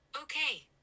Okay